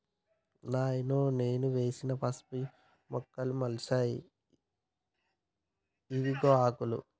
నాయనో నాను వేసిన పసుపు మొక్కలు మొలిచాయి ఇవిగో ఆకులు